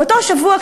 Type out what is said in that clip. באותו שבוע,